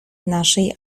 naszej